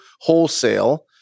wholesale